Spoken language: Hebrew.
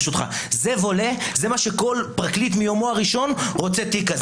כל פרקליט מיומו הראשון רוצה תיק כזה.